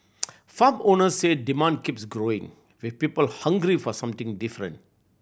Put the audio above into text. farm owners say demand keeps growing with people hungry for something different